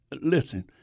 listen